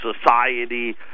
society